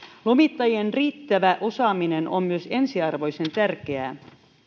lomittajien riittävä osaaminen on myös ensiarvoisen tärkeää